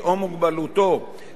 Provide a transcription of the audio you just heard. כל המקרים האלה,